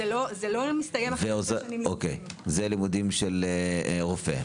אלה לימודים של רופא.